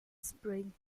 spring